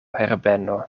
herbeno